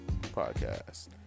podcast